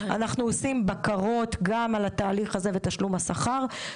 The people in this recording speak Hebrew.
אנחנו עושים בקרות גם על התהליך הזה ותשלום השכר.